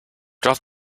drop